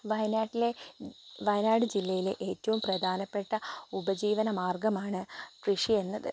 വയനാട്ടിലെ വയനാട് ജില്ലയിലെ ഏറ്റവും പ്രധാനപ്പെട്ട ഉപജീവന മാർഗ്ഗമാണ് കൃഷിയെന്നത്